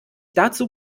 dazu